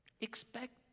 Expect